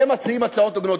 הם מציעים הצעות הוגנות,